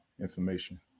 information